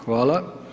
Hvala.